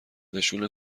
نشون